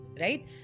right